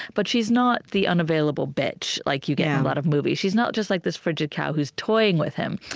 but she's not the unavailable bench like you get in a lot of movies. she's not just like this frigid cow who's toying with him.